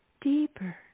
deeper